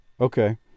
Okay